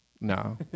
No